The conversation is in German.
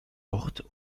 dort